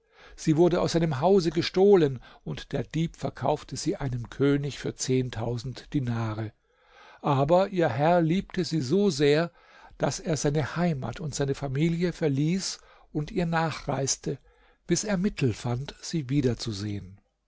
sie wurde aus seinem hause gestohlen und der dieb verkaufte sie einem könig für zehntausend dinare aber ihr herr liebte sie so sehr daß er seine heimat und seine familie verließ und ihr nachreiste bis er mittel fand sie wieder